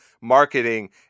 marketing